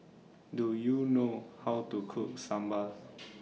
Do YOU know How to Cook Sambal